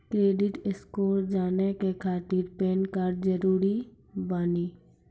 Credit score जाने के खातिर पैन कार्ड जरूरी बानी?